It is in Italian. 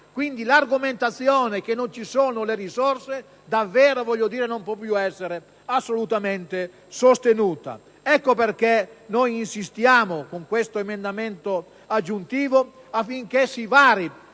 quindi, l'argomentazione che non ci sono risorse non può essere assolutamente sostenuta. Ecco perché noi insistiamo affinché con questo emendamento aggiuntivo si vari